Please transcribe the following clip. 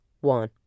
one